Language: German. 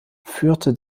führte